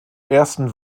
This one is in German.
ersten